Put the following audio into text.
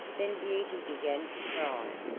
then beauty began to cry,